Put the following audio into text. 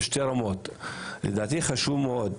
בעצם, יש שתי רמות, וזה חשוב מאוד.